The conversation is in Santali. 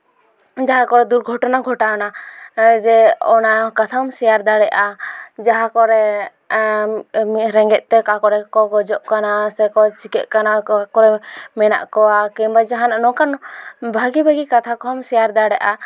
ᱡᱟᱦᱟᱸ ᱠᱚ ᱫᱩᱨᱜᱷᱚᱴᱚᱱᱟ ᱜᱷᱚᱴᱟᱣᱱᱟ ᱡᱮ ᱚᱱᱟ ᱠᱟᱛᱷᱟ ᱦᱚᱸᱢ ᱥᱮᱭᱟᱨ ᱫᱟᱲᱮᱭᱟᱜᱼᱟ ᱡᱟᱦᱟᱸ ᱠᱚᱨᱮ ᱮᱢᱱᱤ ᱨᱮᱸᱜᱮᱡ ᱛᱮ ᱚᱠᱟ ᱠᱚᱨᱮ ᱠᱚᱠᱚ ᱜᱚᱡᱚᱜ ᱠᱟᱱᱟ ᱥᱮ ᱠᱚ ᱪᱤᱠᱟᱹᱜ ᱠᱟᱱᱟ ᱚᱠᱟ ᱠᱚᱨᱮ ᱠᱚ ᱢᱮᱱᱟᱜ ᱠᱚᱣᱟ ᱠᱤᱝᱵᱟ ᱡᱟᱦᱟᱸᱱᱟᱜ ᱱᱚᱝᱠᱟᱱ ᱵᱷᱟᱹᱜᱤ ᱵᱷᱟᱹᱜᱤ ᱠᱟᱛᱷᱟ ᱠᱚᱦᱚᱸᱢ ᱥᱮᱭᱟᱨ ᱫᱟᱲᱮᱭᱟᱜᱼᱟ